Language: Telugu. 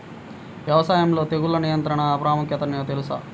వ్యవసాయంలో తెగుళ్ల నియంత్రణ ప్రాముఖ్యత మీకు తెలుసా?